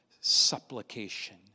supplication